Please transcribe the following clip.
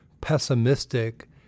Pessimistic